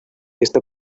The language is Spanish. esta